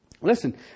Listen